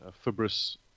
fibrous